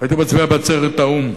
הייתי מצביע בעצרת האו"ם,